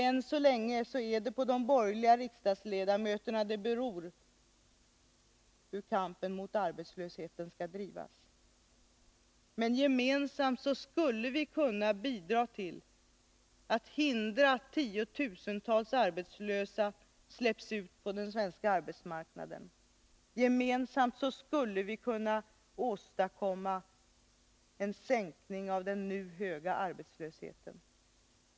Än så länge är det på de borgerliga riksdagsledamöterna som det beror hur kampanjen mot arbetslöshet skall drivas. Men vi skulle gemensamt kunna bidra till att hindra att tiotusentals arbetslösa släpps ut på den svenska arbetsmarknaden. Gemensamt skulle vi kunna åstadkomma en minskning av den nu höga arbetslösheten.